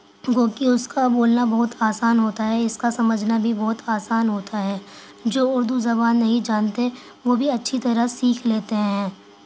وہ کہ اُس کا بولنا بہت آسان ہوتا ہے اِس کا سمجھنا بھی بہت آسان ہوتا ہے جو اُردو زبان نہیں جانتے وہ بھی اچھی طرح سیکھ لیتے ہیں